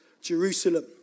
Jerusalem